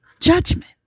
judgment